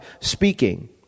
speaking